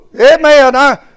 Amen